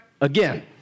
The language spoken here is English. Again